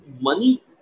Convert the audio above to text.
money